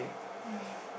yeah